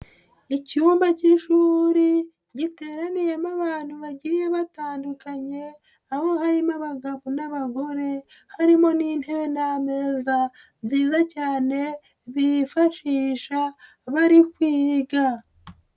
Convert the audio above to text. Icyumba cy'ishuri giteraniyemo abantu bagiye batandukanye, aho harimo abagabo n'abagore, harimo n'intebe n'ameza byiza cyane bifashisha abari kuyiga.